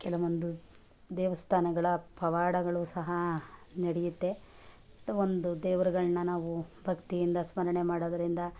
ಕೆಲವೊಂದು ದೇವಸ್ಥಾನಗಳ ಪವಾಡಗಳು ಸಹ ನಡೆಯತ್ತೆ ಒಂದು ದೇವ್ರುಗಳನ್ನ ನಾವು ಭಕ್ತಿಯಿಂದ ಸ್ಮರಣೆ ಮಾಡೋದರಿಂದ